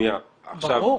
ברור.